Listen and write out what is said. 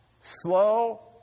Slow